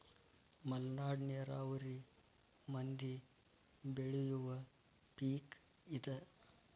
ಮಲ್ನಾಡ ನೇರಾವರಿ ಮಂದಿ ಬೆಳಿಯುವ ಪಿಕ್ ಇದ